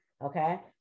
okay